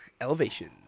Elevation